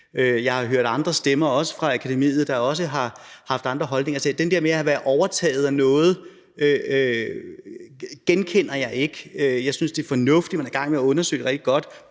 Jeg har hørt andre stemmer, også fra akademiet, der også har haft andre holdninger. Så det der med at være overtaget af noget genkender jeg ikke. Jeg synes, det er fornuftigt, at man er i gang med at undersøge det rigtig godt